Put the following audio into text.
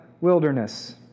wilderness